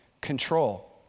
control